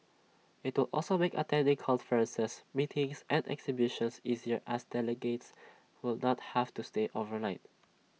IT will also make attending conferences meetings and exhibitions easier as delegates will not have to stay overnight